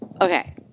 okay